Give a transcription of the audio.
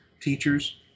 teachers